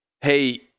hey